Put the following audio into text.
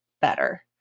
better